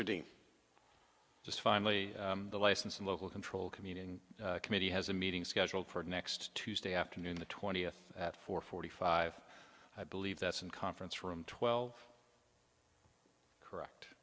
doing just finally the license and local control communing committee has a meeting scheduled for next tuesday afternoon the twentieth at four forty five i believe that's in conference room twelve correct